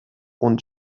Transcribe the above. und